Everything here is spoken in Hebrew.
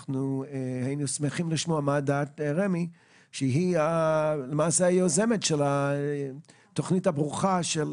היינו שמחים לשמוע את דעת רמ"י שהיא יוזמת התוכנית הברוכה של